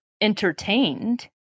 entertained